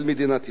תודה.